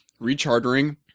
rechartering